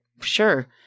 Sure